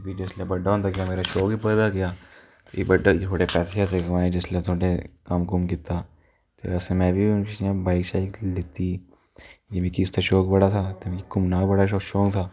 भी जिसलै बड्डा होंदा गेआ भी मेरा शौक बी बधदा गेआ भी बड्डा होइयै थोह्डे़ पैसे सैशे कमाये जिसलै में थोह्ड़े कम्म कुम्म कीता ते में बी हून बाइक शाइक लैती क्योंकि मिगी उसदा शौक बड़ा था ते मिगी घूमने दा बी बड़ा शौक था